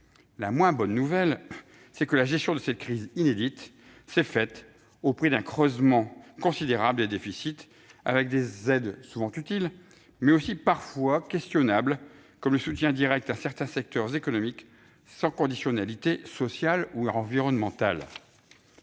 La moins bonne nouvelle, c'est que la gestion de cette crise inédite s'est faite au prix d'un creusement considérable des déficits, avec des aides souvent utiles, mais qui posent aussi parfois question, comme le soutien direct à certains secteurs économiques sans conditionnalité sociale ou environnementale.